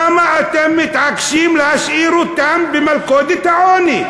למה אתם מתעקשים להשאיר אותם במלכודת העוני?